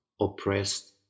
oppressed